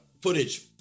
footage